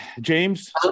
James